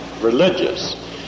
religious